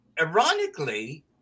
ironically